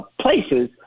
places